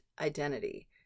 identity